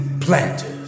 planters